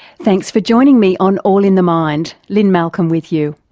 thanks for joining me on all in the mind lynne malcolm with you.